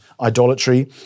idolatry